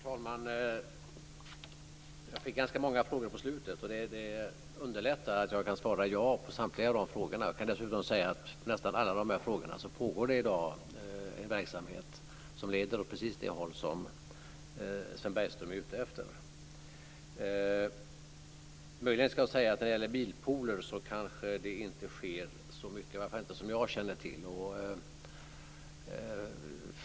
Herr talman! Jag fick ganska många frågor på slutet, och det underlättar att jag kan svara ja på samtliga dessa frågor. Jag kan dessutom säga att när det gäller nästan alla dessa frågor så pågår det i dag en verksamhet som leder åt precis det håll som Sven Bergström är ute efter. När det gäller bilpooler kan jag möjligen säga att det kanske inte sker så mycket, i varje fall inte som jag känner till.